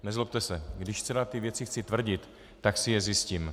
Nezlobte se, když tyto věci chci tvrdit, tak si je zjistím.